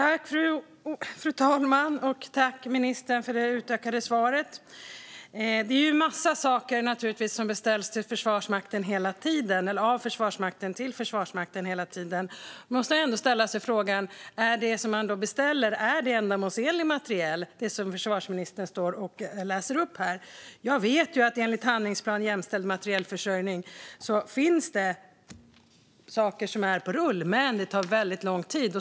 Fru talman! Jag tackar ministern för det utökade svaret. Det är naturligtvis massor av saker som beställs av Försvarsmakten till Försvarsmakten hela tiden. Man måste ändå ställa sig frågan om det som man beställer, det som ministern läser upp här, är ändamålsenlig materiel. Jag vet ju att enligt handlingsplanen för jämställd materielförsörjning finns det saker som är på rull, men det tar väldigt lång tid.